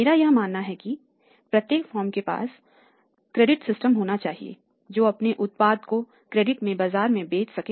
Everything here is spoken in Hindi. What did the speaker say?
मेरा यह मानना है कि प्रत्येक फर्म के पास क्रेडिट सिस्टम होना चाहिए जो अपने उत्पाद को क्रेडिट में बाजार में बेच सके